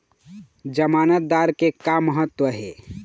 जमानतदार के का महत्व हे?